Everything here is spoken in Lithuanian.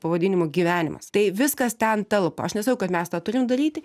pavadinimu gyvenimas tai viskas ten telpa aš nesakau kad mes tą turim daryti